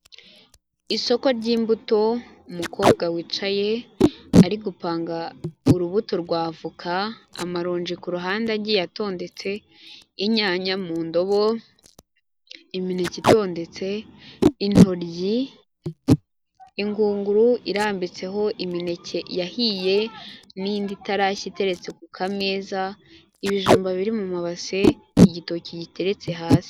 Isoko ry'imbuto, umukobwa wicaye ari gupanga urubuto rw'avoka amaronji ku ruhande agiye atondetse, inyanya mu ndobo, imineke itondetse, intoryi ingunguru irambitseho imineke yahiye n'indi itarashya iteretse ku kameza, ibijumba biri mu mabase igitoki giteretse hasi.